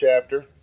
chapter